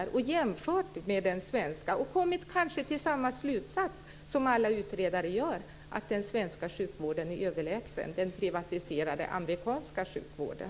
Han kanske har jämfört med den svenska sjukvården och kommit till samma slutsats som alla utredare gör; att den svenska sjukvården är överlägsen den privatiserade sjukvården.